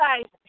guys